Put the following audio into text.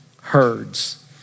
herds